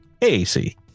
AC